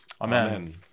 Amen